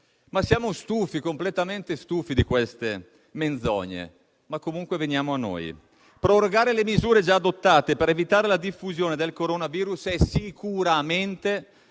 TV. Siamo completamente stufi di queste menzogne. Ma veniamo a noi. Prorogare le misure già adottate per evitare la diffusione del coronavirus è sicuramente,